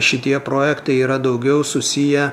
šitie projektai yra daugiau susiję